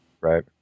Right